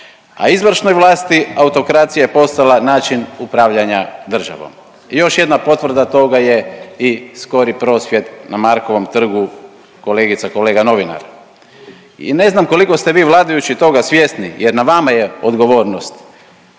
a izvršnoj vlasti autokracija je postala način upravljanja državom. I još jedna potvrda toga je i skori prosvjed na Markovom trgu kolegica i kolega novinara. I ne znam koliko ste vi vladajući toga svjesni jer na vama je odgovornost,